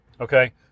Okay